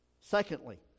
Secondly